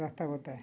ରାସ୍ତା ବତାଏ